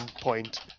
point